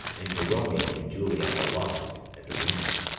enter romeo and juliet aloft, at the window.